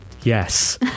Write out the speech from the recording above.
Yes